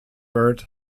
burt